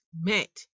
met